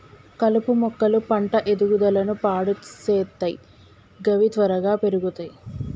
కలుపు మొక్కలు పంట ఎదుగుదలను పాడు సేత్తయ్ గవి త్వరగా పెర్గుతయ్